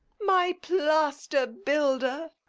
my plaster-builder!